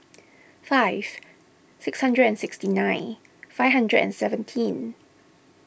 five six hundred and sixty nine five hundred and seventeen